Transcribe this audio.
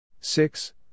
six